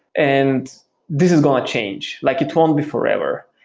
and this is going to change. like it won't be forever.